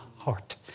heart